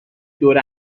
دور